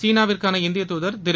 சீனாவிற்கான இந்திய தூதர் திரு